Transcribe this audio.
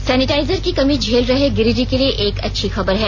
sanitiser की कमी झेल रहे गिरिडीह के लिए एक अच्छी खबर है